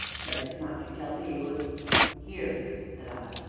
like as not you'd tell me e was here! said i,